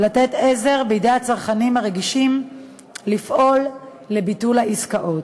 לתת עזרה לצרכנים הרגישים ולפעול לביטול העסקאות.